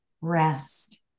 rest